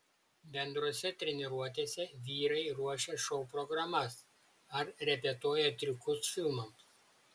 bendrose treniruotėse vyrai ruošia šou programas ar repetuoja triukus filmams